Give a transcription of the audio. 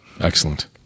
Excellent